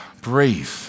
breathe